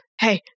hey